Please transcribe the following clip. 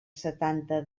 setanta